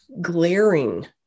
glaring